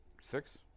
Six